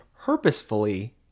purposefully